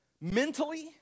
mentally